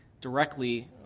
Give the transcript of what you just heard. directly